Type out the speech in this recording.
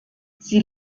sie